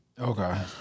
Okay